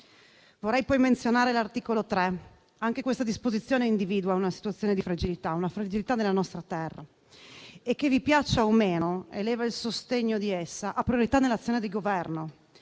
Vorrei poi menzionare l’articolo 3. Anche questa disposizione individua una situazione di fragilità nella nostra terra e - vi piaccia o meno - eleva il sostegno ad essa a priorità nell’azione di Governo.